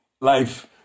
life